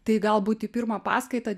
tai galbūt į pirmą paskaitą